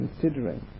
considering